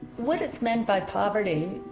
what it's meant by poverty,